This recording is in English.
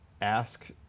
ask